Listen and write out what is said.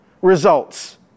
results